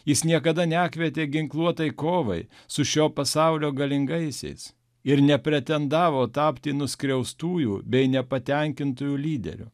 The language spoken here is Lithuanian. jis niekada nekvietė ginkluotai kovai su šio pasaulio galingaisiais ir nepretendavo tapti nuskriaustųjų bei nepatenkintųjų lyderiu